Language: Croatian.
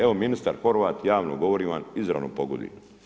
Evo ministar Horvat, javno govorim vam izravno pogoduje.